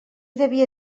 devia